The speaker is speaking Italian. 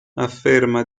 afferma